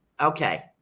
Okay